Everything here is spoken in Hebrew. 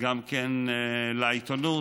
גם לעיתונות,